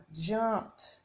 jumped